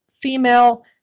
female